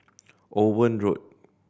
Owen Road